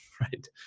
right